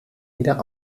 wieder